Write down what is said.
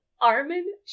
Armin